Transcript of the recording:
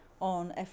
on